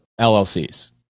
LLCs